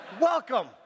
Welcome